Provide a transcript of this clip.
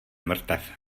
mrtev